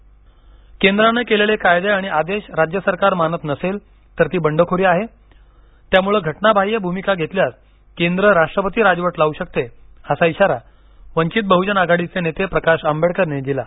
Ambedkar byte केंद्रानं केलेले कायदे आणि आदेश राज्य सरकार मानत नसेल तर ती बंडखोरी आहेत्यामुळे घटनाबाह्य भूमिका घेतल्यास केंद्र राष्ट्रपती राजवट लावू शकते असा इशारा वंचित बहुजन आघाडीचे नेते प्रकाश आंबेडकर यांनी दिला